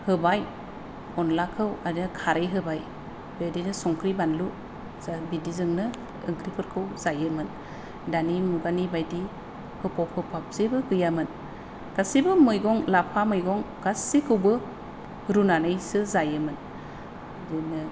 होबाय अनलाखौ आरो खारै होबाय बेबायदिनो संख्रि बानलु बिदिजोंनो ओंख्रिफोरखौ जायोमोन दानि मुगानि बायदि होफब होफाब जेबो गैयामोन गासैबो मैगं लाफा मैगं गासैखौबो रुनानैसो जायोमोन